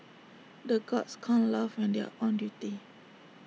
the guards can't laugh when they are on duty